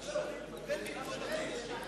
איך לא נעביר דבר כזה?